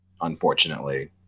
unfortunately